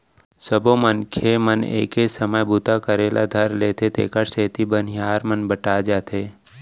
सबो मनखे मन एके संग बूता करे ल धर लेथें तेकर सेती बनिहार मन बँटा जाथें